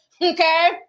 okay